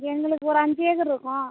எங்களுக்கு ஒரு அஞ்சு ஏக்கர் இருக்கும்